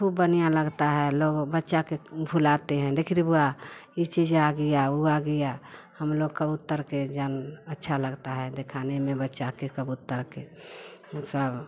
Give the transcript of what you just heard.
खूब बनिया लगता है लोग बच्चा के बुलाते हैं देख र बुआ इ चीज़ आ गिया ऊ आ गिया हम लोग कबूतर के जन अच्छा लगता है देखाने में बच्चा के कबूतर के ई सब